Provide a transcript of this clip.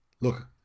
Look